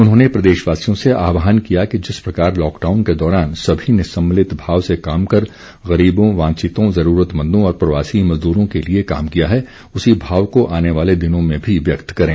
उन्होंने प्रदेशवासियों से आहवान किया कि जिस प्रकार लॉकडाउन के दौरान सभी ने सम्मिलित भाव से काम कर गरीबों वांछितों जरूरतमंदों और प्रवासी मजदूरों के लिए काम किया है उसी भाव को आने वाले दिनों में भी व्यक्त करें